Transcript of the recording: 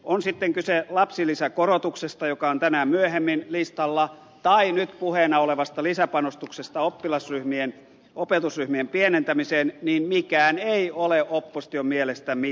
on sitten kyse lapsilisäkorotuksesta joka on tänään myöhemmin listalla tai nyt puheena olevasta lisäpanostuksesta opetusryhmien pienentämiseen niin mikään ei ole opposition mielestä mittään